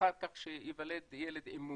אחר כך שייוולד ילד עם מום.